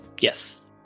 Yes